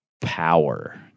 power